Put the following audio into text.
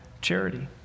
charity